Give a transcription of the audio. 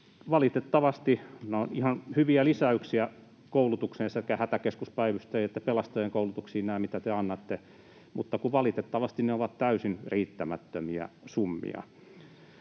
täysillä. Nämä ovat ihan hyviä lisäyksiä koulutukseen, sekä hätäkeskuspäivystäjien että pelastajien koulutuksiin, mitä te annatte, mutta kun valitettavasti ne ovat täysin riittämättömiä summia.